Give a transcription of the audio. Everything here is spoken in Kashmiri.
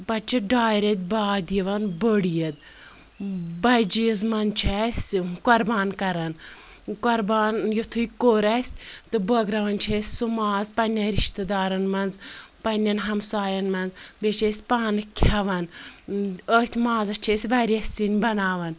پَتہٕ چھِ ڈایہِ رؠتھۍ باد یِوان بٔڑ عِیٖد بَجہِ عِیٖز منٛز چھِ اَسہِ قۄربان کَرَان قۄربان یُتُھے کوٚر اَسہ تہٕ بٲگراوَان چھِ أسۍ سُہ ماز پَننٮ۪ن رِشتہٕ دارَن منٛز پَننٮ۪ن ہَمسایَن منٛز بیٚیہِ چھِ أسۍ پانہٕ کھؠوَان أتھۍ مازَس چھِ أسۍ واریاہ سِینۍ بَناوَان